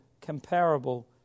comparable